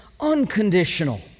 unconditional